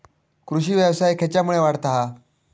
कृषीव्यवसाय खेच्यामुळे वाढता हा?